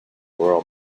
royal